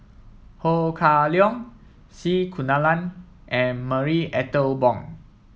Ho Kah Leong C Kunalan and Marie Ethel Bong